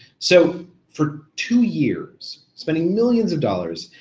so for two years, spending millions of dollars,